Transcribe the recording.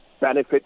benefit